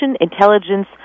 intelligence